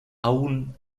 aún